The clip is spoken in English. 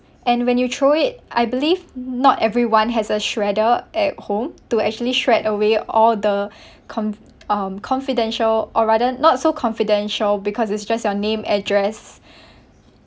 and when you throw it I believe not everyone has a shredder at home to actually shred away all the con~ um confidential or rather not so confidential because it's just your name address